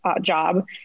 job